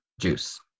juice